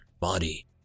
body